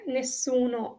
nessuno